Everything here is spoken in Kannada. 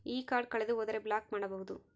ಈ ಕಾರ್ಡ್ ಕಳೆದು ಹೋದರೆ ಬ್ಲಾಕ್ ಮಾಡಬಹುದು?